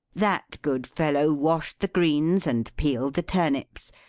that good fellow washed the greens, and peeled the turnips,